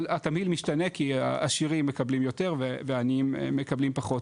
אבל התמהיל משתנה כי העשירים מקבלים יותר והעניים מקבלים פחות.